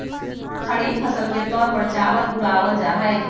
खरीफ फसल के तौर पर चावल उड़ावल जाहई